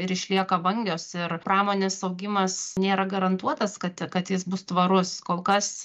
ir išlieka vangios ir pramonės augimas nėra garantuotas kad kad jis bus tvarus kol kas